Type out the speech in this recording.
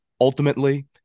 ultimately